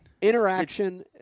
Interaction